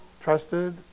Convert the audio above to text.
trusted